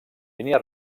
línia